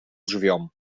drzwiom